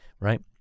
right